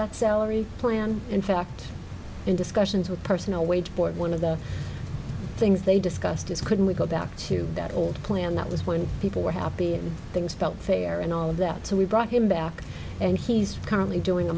that salary plan in fact in discussions with personal wage board one of the things they discussed is couldn't we go back to that old plan that was when people were happy and things felt fair and all of that so we brought him back and he's currently doing